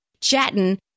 chatting